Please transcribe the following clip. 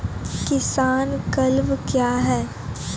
किसान क्लब क्या हैं?